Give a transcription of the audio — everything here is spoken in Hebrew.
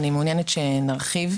אני מעוניינת שנרחיב.